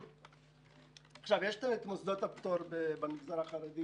יש את מוסדות הפטור במגזר החרדי,